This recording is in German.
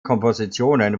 kompositionen